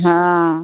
हाँ